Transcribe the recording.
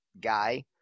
guy